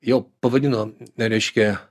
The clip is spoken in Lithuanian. jau pavadino na reiškia